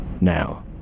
Now